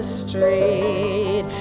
street